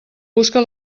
busca